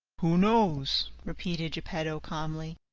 who knows? repeated geppetto calmly.